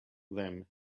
them